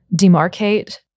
demarcate